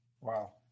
Wow